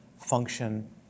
function